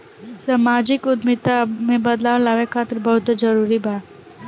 सामाजिक उद्यमिता समाज में बदलाव लावे खातिर बहुते जरूरी ह